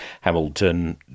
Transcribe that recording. Hamilton